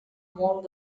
molt